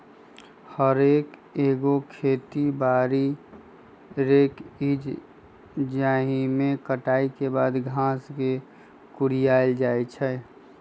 हे रेक एगो खेती बारी रेक हइ जाहिमे कटाई के बाद घास के कुरियायल जाइ छइ